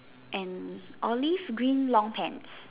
and Olive green long pants